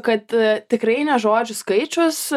kad tikrai ne žodžių skaičius